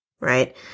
right